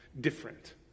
different